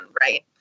right